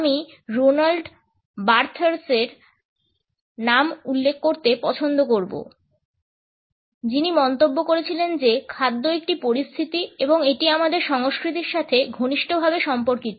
আমি রোল্যান্ড বার্থেসের নাম উল্লেখ করতে পছন্দ করবো যিনি মন্তব্য করেছিলেন যে খাদ্য একটি পরিস্থিতি এবং এটি আমাদের সংস্কৃতির সাথে ঘনিষ্ঠভাবে সম্পর্কিত